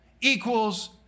equals